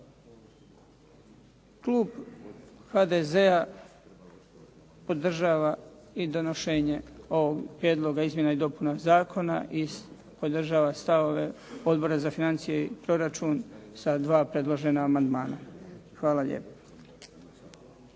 Klub HDZ-a podržava i donošenje ovog prijedloga izmjena i dopuna zakona i podržava stavove Odbora za financije i proračun sa dva predložena amandmana. Hvala lijepa.